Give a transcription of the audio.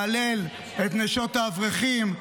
להלל את נשות האברכים,